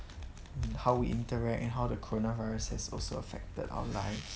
how we interact and how the coronavirus has also affected our life